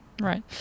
right